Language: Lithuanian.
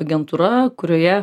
agentūra kurioje